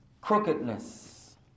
Crookedness